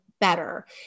better